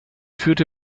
führte